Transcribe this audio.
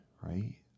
right